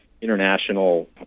international